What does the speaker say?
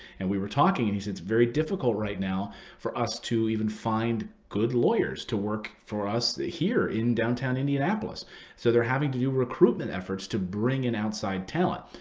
and we were talking, and he said it's very difficult right now for us to even find good lawyers to work for us here in downtown indianapolis. so they're having to do recruitment efforts to bring in outside talent.